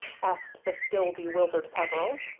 asked the still bewildered peveril.